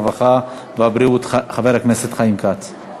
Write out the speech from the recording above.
הרווחה והבריאות חבר הכנסת חיים כץ.